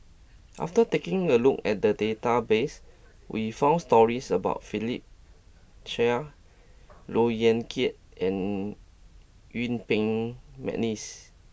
after taking a look at the database we found stories about Philip Chia Look Yan Kit and Yuen Peng McNeice